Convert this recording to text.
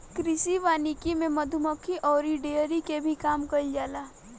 कृषि वानिकी में मधुमक्खी अउरी डेयरी के भी काम कईल जाला